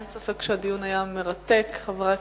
אין ספק שהדיון היה מרתק, חברי כנסת,